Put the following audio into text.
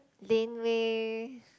Laneway